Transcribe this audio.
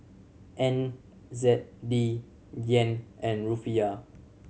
N Z D Yen and Rufiyaa